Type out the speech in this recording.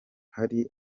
hari